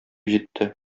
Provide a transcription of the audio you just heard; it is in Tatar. җитте